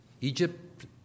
Egypt